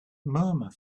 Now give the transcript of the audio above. murmur